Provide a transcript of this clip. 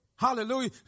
Hallelujah